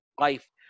life